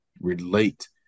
relate